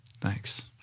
Thanks